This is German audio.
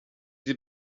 sie